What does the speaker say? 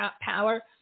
power